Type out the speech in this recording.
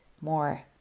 more